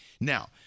Now